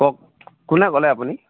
কওক কোনে ক'লে আপুনি